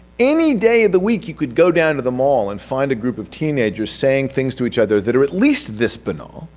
any day of the week you could go down to the mall and find a group of teenagers saying things to each other that are at least this benign.